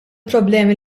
problemi